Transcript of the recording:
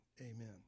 amen